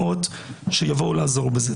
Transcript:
מאות שיבואו לעזור בזה.